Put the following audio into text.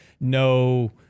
No